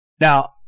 Now